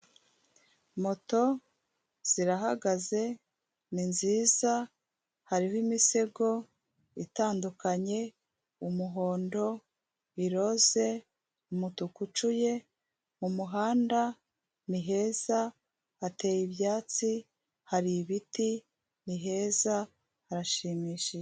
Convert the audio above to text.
Moto zirahagaze niziza hariho imisego itandukanye, umuhondo, iroze, umutuku ucuye mumuhanda ni heza hateye ibyatsi, hari ibiti, niheza harashimishije.